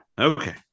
Okay